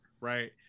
right